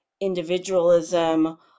individualism